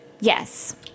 Yes